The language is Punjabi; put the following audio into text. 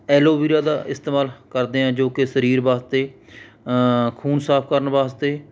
ਐਲੋ ਵੀਰਾ ਦਾ ਇਸਤੇਮਾਲ ਕਰਦੇ ਹਾਂ ਜੋ ਕਿ ਸਰੀਰ ਵਾਸਤੇ ਖੂਨ ਸਾਫ਼ ਕਰਨ ਵਾਸਤੇ